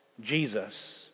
Jesus